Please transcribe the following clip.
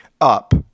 up